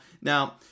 Now